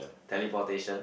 teleportation